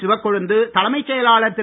சிவக்கொழுந்து தலைமைச் செயலாளர் திரு